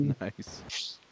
Nice